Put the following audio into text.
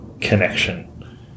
connection